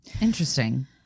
Interesting